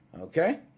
okay